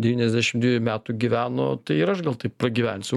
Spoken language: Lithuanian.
devyniasdešimt dviejų metų gyveno tai ir aš gal taip pragyvensiu